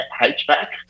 HVAC